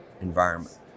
environment